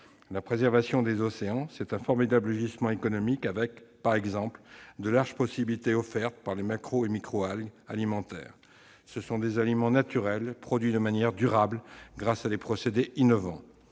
La préservation des océans est un formidable gisement économique. Je pense, par exemple, aux larges possibilités offertes par les macro-algues et micro-algues alimentaires. Ce sont des aliments naturels produits de manière durable grâce à des procédés innovants.